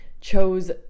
chose